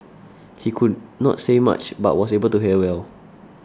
he could not say much but was able to hear well